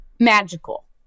magical